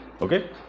okay